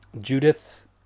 Judith